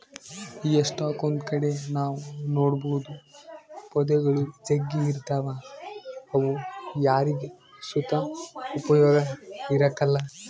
ಎಷ್ಟಕೊಂದ್ ಕಡೆ ನಾವ್ ನೋಡ್ಬೋದು ಪೊದೆಗುಳು ಜಗ್ಗಿ ಇರ್ತಾವ ಅವು ಯಾರಿಗ್ ಸುತ ಉಪಯೋಗ ಇರಕಲ್ಲ